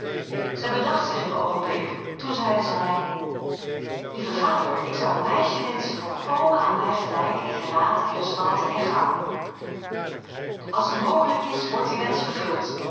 zij bedacht zich een oogenblik toen zeide zij lieve vader ik zou een meisje wenschen volkomen aan mij gelijk in gelaat en gestalte en gang als het mogelijk is wordt die wensch vervuld